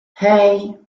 hey